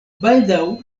baldaŭ